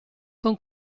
con